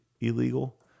illegal